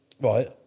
Right